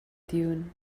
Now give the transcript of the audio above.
dune